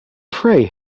pray